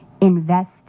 invest